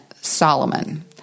Solomon